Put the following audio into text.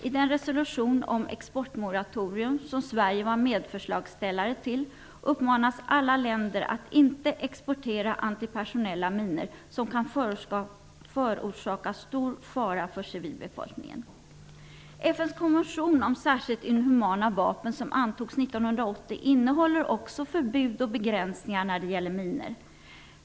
I resolutionen om ett exportmoratorium -- Sverige var medförslagsställare -- uppmanas alla länder att inte exportera antipersonella minor som kan förorsaka stor fara för civilbefolkningen. FN:s konvention om särskilt inhumana vapen, vilken antogs 1980, innehåller också förbud och begränsningar när det gäller minor.